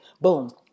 boom